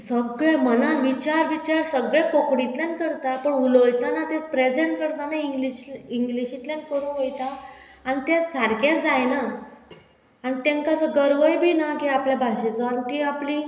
सगळे मनान विचार विचार सगळे कोंकणींतल्यान करता पूण उलयतना ते प्रेजेंट करतना इंग्लीश इंग्लीशींतल्यान करूंक वयता आनी ते सारकें जायना आनी तेंकां असो गर्वय बी ना की आपल्या भाशेचो आनी ती आपली